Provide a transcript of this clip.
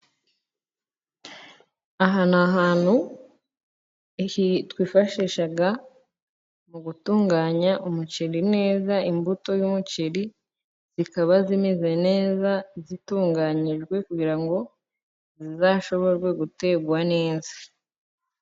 Aha ni ahantu twifashisha mu gutunganya umuceri neza, imbuto y'umuceri zikaba zimeze neza zitunganyijwe, kugira ngo zizashobore guterwa neza.